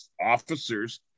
officers